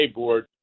board